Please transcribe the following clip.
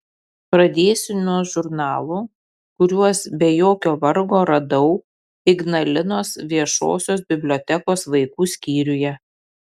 pradėsiu nuo žurnalų kuriuos be jokio vargo radau ignalinos viešosios bibliotekos vaikų skyriuje